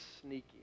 sneaky